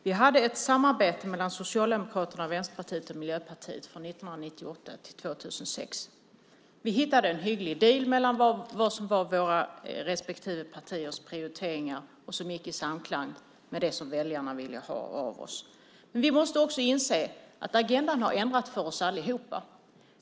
Fru talman! Vi hade ett samarbete mellan Socialdemokraterna, Vänsterpartiet och Miljöpartiet från 1998 till 2006. Vi hittade en hygglig deal när det gällde vad som var våra respektive partiers prioriteringar. Den gick i samklang med det som väljarna ville ha av oss. Men vi måste också inse att agendan har ändrats för oss allihop.